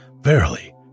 Verily